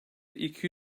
iki